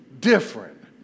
different